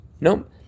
Nope